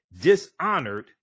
dishonored